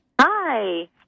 Hi